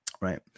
right